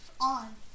on